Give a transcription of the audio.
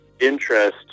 interest